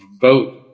vote